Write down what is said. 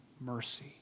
mercy